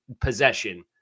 possession